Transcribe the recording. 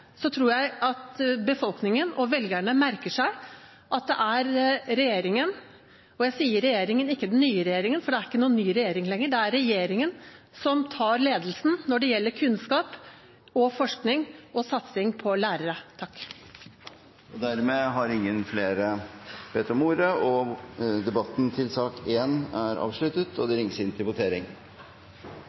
tror jeg at befolkningen og velgerne merker seg at det er regjeringen – og jeg sier regjeringen, ikke den nye regjeringen, for det er ikke noen ny regjering lenger – som tar ledelsen når det gjelder kunnskap, forskning og satsing på lærere. Flere har ikke bedt om ordet til sak nr. 1. Da er vi klare til å gå til votering.